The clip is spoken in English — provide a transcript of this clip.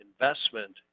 investment